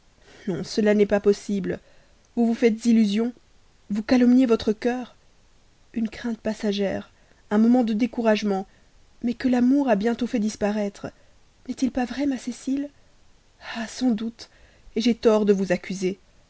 non cela n'est pas possible vous vous faites illusion vous calomniez votre cœur une crainte passagère un moment de découragement mais que l'amour a bientôt fait disparaître n'est-il pas vrai ma cécile ah sans doute j'ai tort de vous accuser